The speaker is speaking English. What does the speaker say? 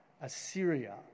Assyria